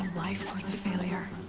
life was a failure.